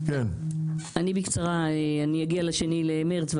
אני אגיע לישיבה ב-2 במרץ,